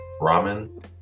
ramen